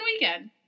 weekend